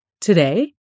Today